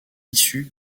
issu